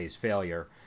failure